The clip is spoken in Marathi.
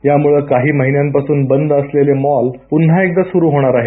यामुळे काही महिन्यांपासून बंद असलेले मॉल पुन्हा एकदा सुरू होणार आहेत